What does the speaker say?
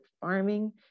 farming